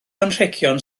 anrhegion